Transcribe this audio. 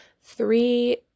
three